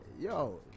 yo